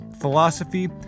philosophy